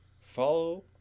follow